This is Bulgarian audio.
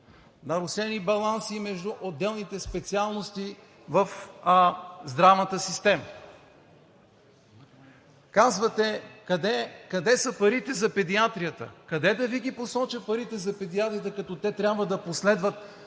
нарушени баланси между отделните специалности в здравната система. Казвате: къде са парите за педиатрията? Къде да Ви посоча парите за педиатрията, като те трябва да последват